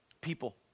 people